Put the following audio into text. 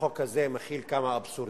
שהחוק הזה מכיל כמה אבסורדים.